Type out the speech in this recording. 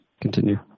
continue